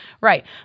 Right